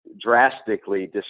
drastically